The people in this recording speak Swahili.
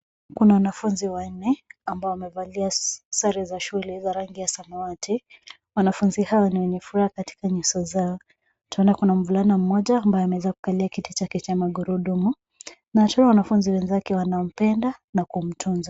Kuna wanafunzi wanne, ambao wamevalia sare za shule za rangi samawati. Wanafunzi hawa ni venye furaha katika nyuso zao. Tunaona kuna mvulana mmoja ambaye ameweza kukalia kiti chake cha magurudumu, na tunaona wanafunzi wenzake wanampenda, na kumtunza.